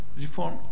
reform